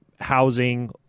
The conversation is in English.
housing